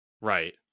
Right